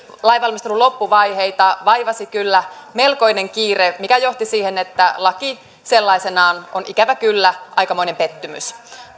lainvalmistelun loppuvaiheita vaivasi kyllä melkoinen kiire mikä johti siihen että laki sellaisenaan on ikävä kyllä aikamoinen pettymys